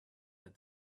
that